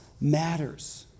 matters